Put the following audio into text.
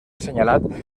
assenyalat